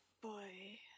boy